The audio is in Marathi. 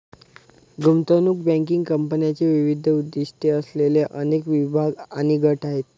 गुंतवणूक बँकिंग कंपन्यांचे विविध उद्दीष्टे असलेले अनेक विभाग आणि गट आहेत